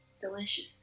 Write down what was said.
Delicious